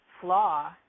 flaw